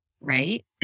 right